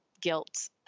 guilt